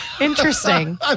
Interesting